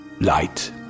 light